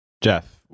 Jeff